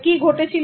কি ঘটেছিল